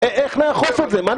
מה נעשה?